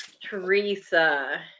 Teresa